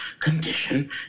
condition